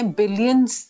billions